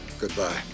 Goodbye